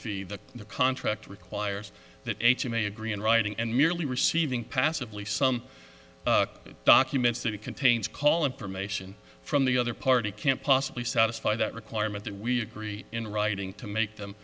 fee that the contract requires that you may agree in writing and merely receiving passively some documents that it contains call information from the other party can't possibly satisfy that requirement that we agree in writing to make them